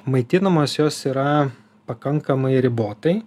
maitinamos jos yra pakankamai ribotai